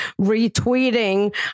retweeting